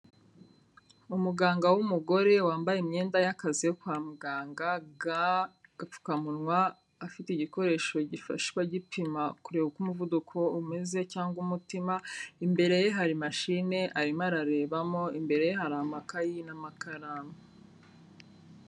Umuganga w'umugore wambaye imyenda y'akazi yo kwa muganga: ga, agapfukamunwa, afite igikoresho gifashwa gipima kureba uko umuvuduko umeze cyangwa umutima, imbere ye hari machine arimo ararebamo, imbere ye hari amakayi n'amakaramu.